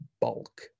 bulk